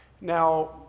Now